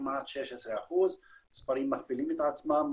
כמעט 16%. המספרים מכפילים את עצמם,